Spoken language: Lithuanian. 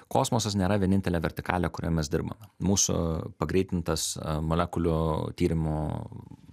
kosmosas nėra vienintelė vertikalė kurioj mes dirbame mūsų pagreitintas molekulių tyrimų